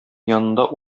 янында